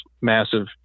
massive